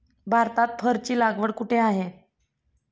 भारतात फरची लागवड कुठे आहे?